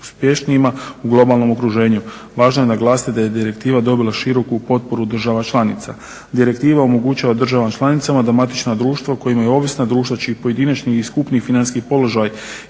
uspješnijima u globalnom okruženju. Važno je naglasiti da je direktiva dobila široku potporu država članica. Direktiva omogućava državama članicama da matična društva koja ima ovisna društva čiji pojedinačni i skupni financijskih položaj